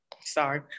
Sorry